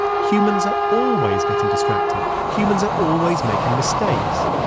humans are always getting distracted. humans are always making mistakes.